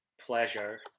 pleasure